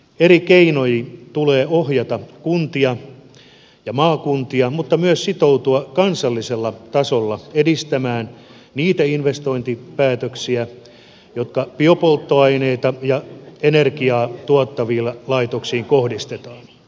eri keinoin tulee ohjata kuntia ja maakuntia mutta myös sitoutua kansallisella tasolla edistämään niitä investointipäätöksiä jotka biopolttoaineita ja energiaa tuottaviin laitoksiin kohdistetaan